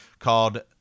Called